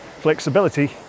flexibility